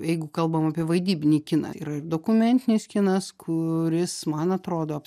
jeigu kalbam apie vaidybinį kiną ir dokumentinis kinas kuris man atrodo